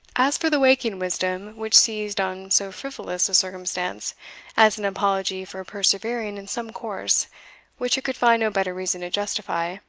as for the waking wisdom which seized on so frivolous a circumstance as an apology for persevering in some course which it could find no better reason to justify,